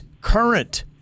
current